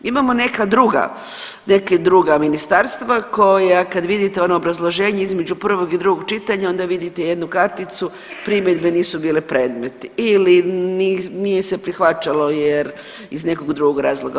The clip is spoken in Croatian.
Imamo neka druga, neka druga ministarstva koja kad vidite ono obrazloženje između prvog i drugog čitanja onda vidite jednu karticu primjedbe nisu bile predmeti ili nije se prihvaćalo jer iz nekog drugog razloga.